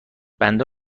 بنده